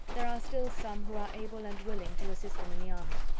there are still some who are able and willing to assist him in the army.